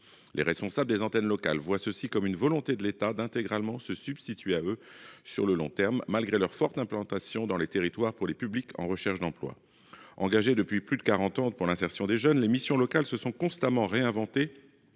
les responsables des antennes locales voient ceci comme une volonté de l'État d'intégralement se substituer à eux sur le long terme, malgré leur forte implantation dans les territoires pour les publics en recherche d'emploi, engagé depuis plus de 40 ans pour l'insertion des jeunes, les missions locales se sont constamment réinventé.